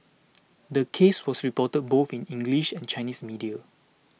the case was reported both in English and Chinese media